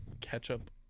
ketchup